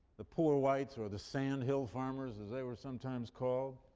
the poor whites, or the sand hill farmers, as they were sometimes called.